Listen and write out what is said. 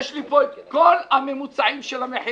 יש לי פה את כל הממוצעים של המחירים